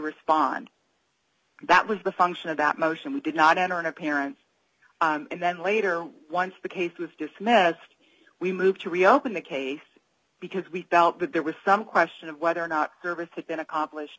respond that was the function of that motion we did not enter in apparent and then later once the case was dismissed we moved to reopen the case because we felt that there was some question of whether or not service had been accomplished